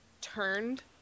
turned